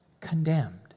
condemned